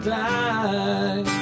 die